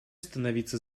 становиться